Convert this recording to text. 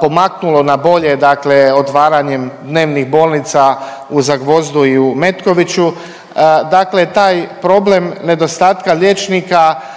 pomaknulo na bolje dakle otvaranjem dnevnih bolnica u Zagvozdu i u Metkoviću. Dakle, taj problem nedostatka liječnika